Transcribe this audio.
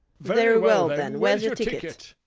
very well then where's your ticket?